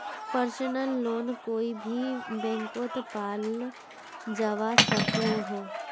personal loan कोए भी बैंकोत पाल जवा सकोह